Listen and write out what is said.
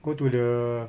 go to the